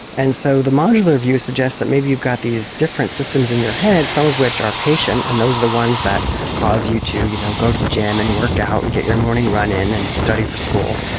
and so the modular view suggests that maybe you've got these different systems in your head, some of which are patient and those are the ones that cause you to you know go to the gym and work out and get your morning run in and study for school.